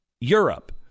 Europe